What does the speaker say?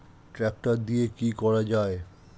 Tractor দিয়ে কি করা যায়?